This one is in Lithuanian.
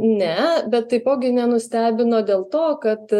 ne bet taipogi nenustebino dėl to kad